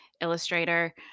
illustrator